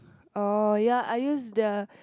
oh ya I use the